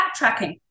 backtracking